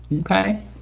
Okay